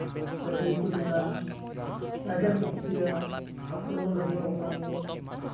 ᱜᱟᱛᱮ ᱠᱚᱠᱚ ᱧᱮᱞᱟ ᱟᱹᱰᱤ ᱟᱸᱴ ᱠᱚ ᱠᱩᱥᱤᱭᱟᱜᱼᱟ ᱟᱨ ᱯᱷᱩᱴᱵᱚᱞ ᱜᱟᱛᱮᱜ ᱦᱚᱸ ᱚᱱᱠᱟᱜᱮ